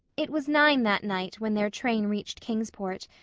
it was nine that night when their train reached kingsport,